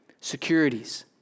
Securities